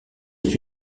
est